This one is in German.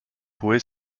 hohe